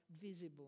visible